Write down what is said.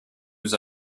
was